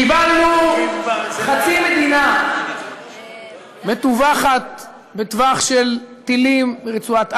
קיבלנו חצי מדינה מטווחת בטווח של טילים מרצועת עזה.